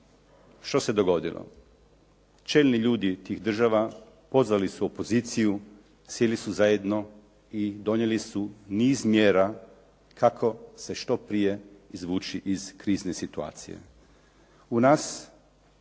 što se dogodilo. Čelni ljudi tih država pozvali su opoziciju, sjeli su zajedno i donijeli su niz mjera kako se što prije izvući iz krizne situacije.